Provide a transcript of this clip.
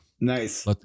Nice